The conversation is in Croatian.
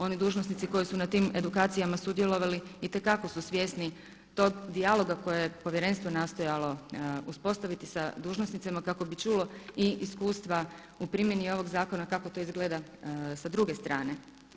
Oni dužnosnici koji su na tim edukacijama sudjelovali itekako su svjesni tog dijaloga koje je povjerenstvo nastojalo uspostaviti sa dužnosnicima kako bi čulo i iskustva u primjeni ovog zakona, kako to izgleda sa druge strane.